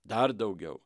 dar daugiau